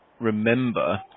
remember